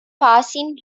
passing